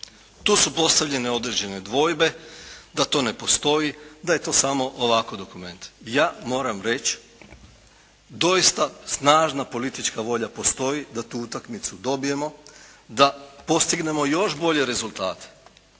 Tu su postavljene određene dvojbe da to ne postoji, da je to samo ovako dokument. Ja moram reći doista snažna politička volja postoji da tu utakmicu dobijemo, da postignemo još bolje rezultate.